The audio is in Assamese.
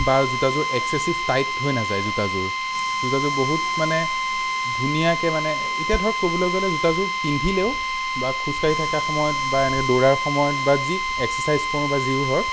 বা জোতাযোৰ এক্সেচিভ টাইট হৈ নাযায় জোতাযোৰ জোতাযোৰ বহুত মানে ধুনীয়াকে মানে এতিয়া ধৰক ক'বলৈ গ'লে জোতাযোৰ পিন্ধিলেও বা খোজকাঢ়ি থকা সময়ত বা এনেই দৌৰাৰ সময়ত বা যি এক্সাৰচাইজ কৰোঁ বা যি হওক